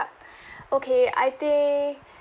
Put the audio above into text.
okay I think